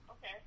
Okay